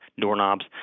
doorknobs